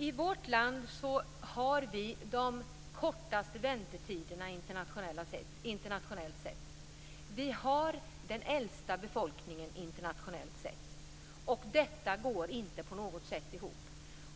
I vårt land har vi de kortaste vårdtiderna internationellt sett. Vi har den äldsta befolkningen internationellt sett. Detta går inte på något sätt ihop.